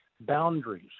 boundaries